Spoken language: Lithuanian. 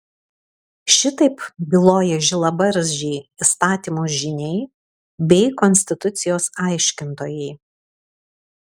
šitaip byloja žilabarzdžiai įstatymų žyniai bei konstitucijos aiškintojai